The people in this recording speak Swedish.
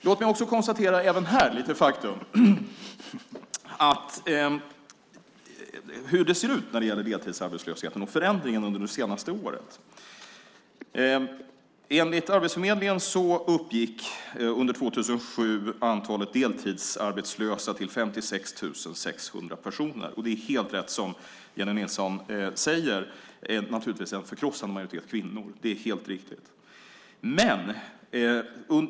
Låt mig också konstatera hur det ser ut när det gäller deltidsarbetslösheten och förändringen under det senaste året. Enligt Arbetsförmedlingen uppgick antalet deltidsarbetslösa till 56 600 personer år 2007. Det är helt rätt som Jennie Nilsson säger; det är en förkrossande majoritet kvinnor.